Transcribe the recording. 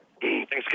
Thanks